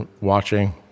watching